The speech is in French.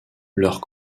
leurs